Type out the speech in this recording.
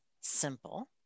simple